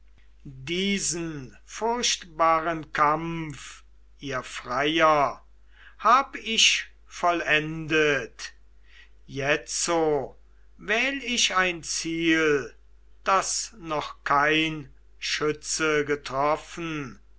diesen furchtbaren kampf ihr freier hab ich vollendet jetzo wähl ich ein ziel das noch kein schütze getroffen